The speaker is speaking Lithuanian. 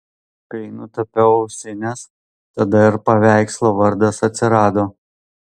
kai nutapiau ausines tada ir paveikslo vardas atsirado